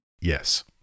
Yes